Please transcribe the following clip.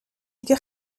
دیگه